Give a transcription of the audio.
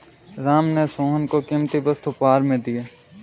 राम ने सोहन को कीमती वस्तु उपहार में दिया